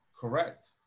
Correct